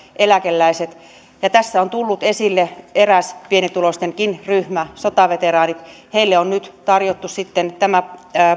eläkeläiset tässä on tullut esille eräs pienituloistenkin ryhmä sotaveteraanit heille on nyt tarjottu sitten tämä